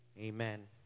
Amen